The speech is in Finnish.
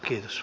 kiitos